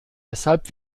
weshalb